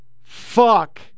fuck